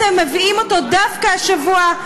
אתם מביאים דווקא השבוע,